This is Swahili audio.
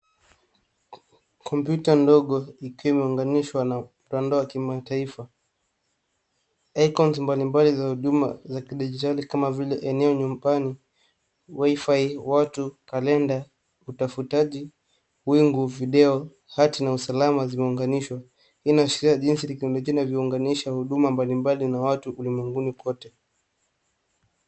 Kompyuta ndogo ikiwa imeunganishwa na rando wa kimataifa. Icons mbali mbali za huduma za kidijitali kama vile: eneo nyumbani, Wi-Fi , watu, kalenda, utafutaji, wingu, video , art na usalama zimeunganishwa. Hii inaashiria jinsi teknolojia vinavyounganisha huduma mbali mbali na watu ulimwenguni kote.